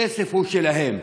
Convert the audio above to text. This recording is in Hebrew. הכסף הוא שלהם.